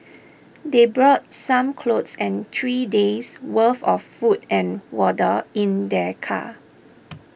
they brought some clothes and three days' worth of food and water in their car